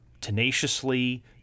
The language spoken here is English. tenaciously